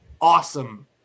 awesome